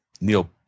Neil